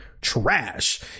trash